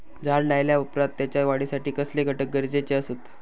झाड लायल्या ओप्रात त्याच्या वाढीसाठी कसले घटक गरजेचे असत?